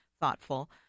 thoughtful